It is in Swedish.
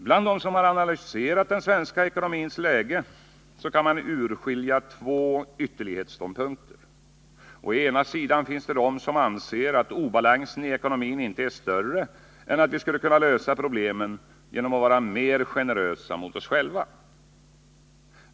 Bland dem som har analyserat den svenska ekonomins läge kan man urskilja två ytterlighetsståndpunkter. Å ena sidan finns de som anser att obalansen i ekonomin inte är större än att vi skulle kunna lösa problemen genom att vara mer generösa mot oss själva.